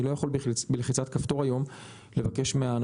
אני לא יכול היום בלחיצת כפתור לבקש מן